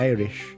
Irish